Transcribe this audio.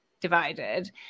divided